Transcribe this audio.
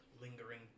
lingering